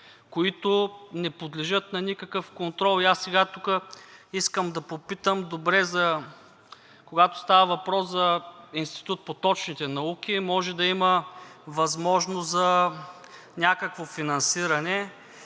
които не подлежат на никакъв контрол. И аз сега тук искам да попитам – добре, когато става въпрос за институт по точните науки, може да има възможност за някакво финансиране,